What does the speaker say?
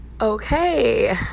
Okay